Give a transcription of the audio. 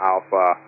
Alpha